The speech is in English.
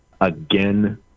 again